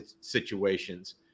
situations